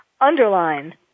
underline